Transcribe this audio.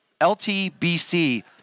LTBC